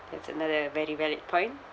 that's another very valid point